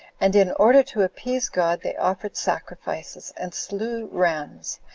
and in order to appease god, they offered sacrifices, and slew rams,